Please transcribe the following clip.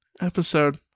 episode